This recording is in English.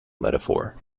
metaphor